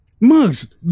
Mugs